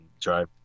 drive